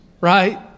right